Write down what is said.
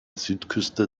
südküste